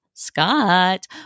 Scott